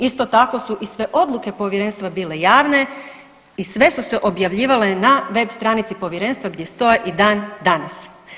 Isto tako su i sve odluke povjerenstva bile javne i sve su se objavljivale na web stranici povjerenstva gdje stoje i dan danas.